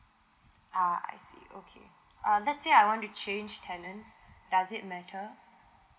ah I see okay uh let's say I want to change tenant does it matter